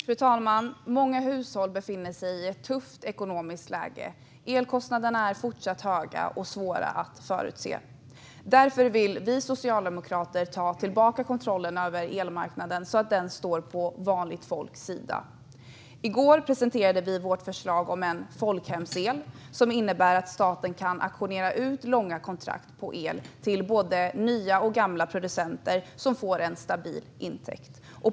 Fru talman! Många hushåll befinner sig i ett tufft ekonomiskt läge. Elkostnaderna är fortsatt höga och svåra att förutse. Därför vill vi socialdemokrater ta tillbaka kontrollen över elmarknaden så att den står på vanligt folks sida. I går presenterade vi vårt förslag om en folkhemsel, vilket innebär att staten ska kunna auktionera ut långa kontrakt på el till både nya och gamla producenter, som då får en stabil intäkt.